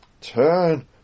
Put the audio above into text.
Turn